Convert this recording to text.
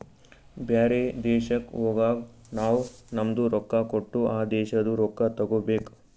ಬೇರೆ ದೇಶಕ್ ಹೋಗಗ್ ನಾವ್ ನಮ್ದು ರೊಕ್ಕಾ ಕೊಟ್ಟು ಆ ದೇಶಾದು ರೊಕ್ಕಾ ತಗೋಬೇಕ್